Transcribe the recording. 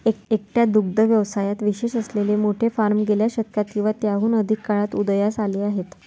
एकट्या दुग्ध व्यवसायात विशेष असलेले मोठे फार्म गेल्या शतकात किंवा त्याहून अधिक काळात उदयास आले आहेत